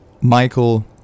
Michael